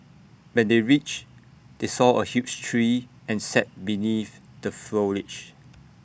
when they reached they saw A huge tree and sat beneath the foliage